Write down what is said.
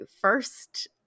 first